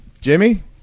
Jimmy